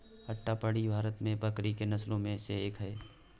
अट्टापडी भारत में बकरी की नस्लों में से एक है